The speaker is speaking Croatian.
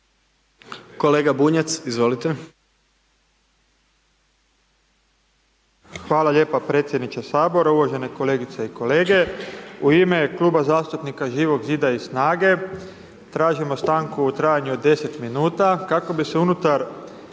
Kolega Sinčić, izvolite.